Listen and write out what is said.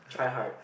try hard